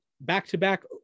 back-to-back